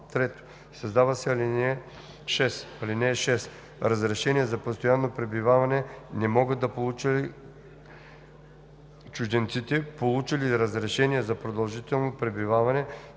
3. Създава се ал. 6: „(6) Разрешение за постоянно пребиваване не могат да получат чужденците, получили разрешение за продължително пребиваване